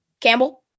Campbell